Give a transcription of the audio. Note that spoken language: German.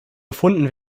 gefunden